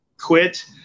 quit